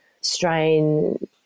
strain